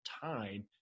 time